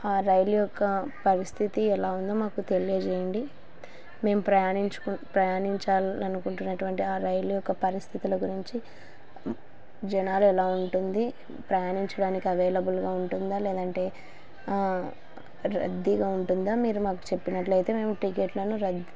ఆ రైలు యొక్క పరిస్థితి ఎలా ఉందో మాకు తెలియజేయండి మేము ప్రయాణించాలి అనుకుంటున్నటువంటి ఆ రైలు యొక్క పరిస్థితుల గురించి జనాలు ఎలా ఉంటుంది ప్రయాణించడానికి అవైలబుల్గా ఉంటుందా లేదంటే రద్దీగా ఉంటుందా మీరు మాకు చెప్పినట్లయితే మేము టికెట్లను